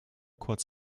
kurz